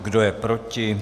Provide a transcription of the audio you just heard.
Kdo je proti?